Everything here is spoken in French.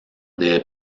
des